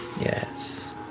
Yes